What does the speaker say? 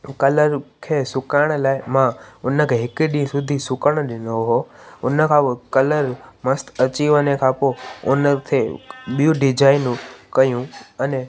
colour खे सुकण लाइ मां उनखे हिकु ॾींहुं सुदी सुकणु ॾिनो हो उनखां पोइ कलर मस्तु अची वञे उनखां पोइ उनखे ॿियूं डिजाइनूं कयूं अने